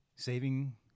Saving